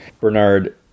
Bernard